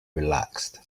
relaxed